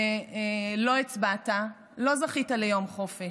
לא הצבעת, לא זכית ליום חופש,